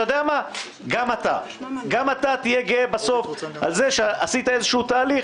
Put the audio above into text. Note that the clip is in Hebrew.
וגם אתה תהיה גאה בסוף על כך שעשית איזשהו תהליך